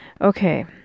Okay